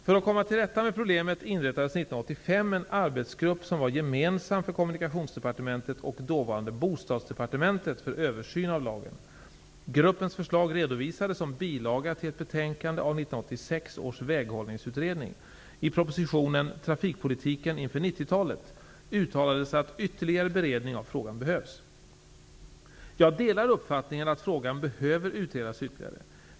För att komma till rätta med problemet inrättades 1985 en arbetsgrupp som var gemensam för propositionen Trafikpolitiken inför 90-talet uttalades att ytterligare beredning av frågan behövs. Jag delar uppfattningen att frågan behöver utredas ytterligare.